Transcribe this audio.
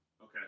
Okay